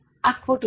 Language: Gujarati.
આ ખોટું છે